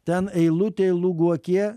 ten eilutėj lūguokie